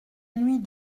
nuit